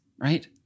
right